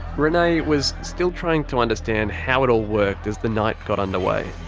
renay was still trying to understand how it all worked as the night got underway.